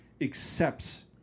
accepts